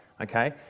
Okay